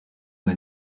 rya